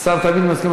השר תמיד מסכים,